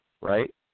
right